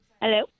Hello